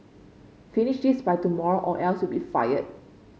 finish this by tomorrow or else you'll be fired